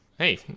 Hey